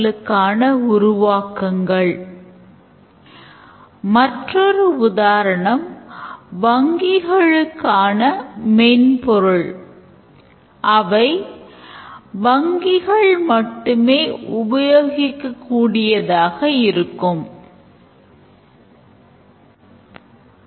classகள் பொதுவான அம்சங்களைக் கொண்ட entities என்பதை நாம் அறிவோம் இது attributes ஐ யும் operations ஐ யும் கொண்டுள்ளது